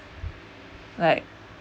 like